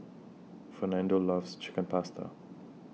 Fernando loves Chicken Pasta